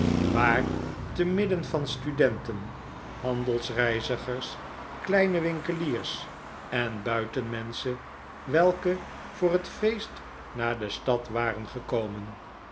waar te midden van studenten handelsreizigers kleine winkeliers en buitenmenschen welke voor het feest naar de stad waren gekomen